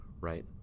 right